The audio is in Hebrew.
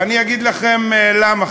ואני אגיד לכם למה,